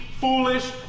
foolish